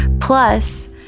plus